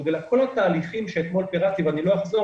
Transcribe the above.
אלא לגבי כל ההליכים שאתמול פירטתי ולא אחזור